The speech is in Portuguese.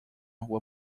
rua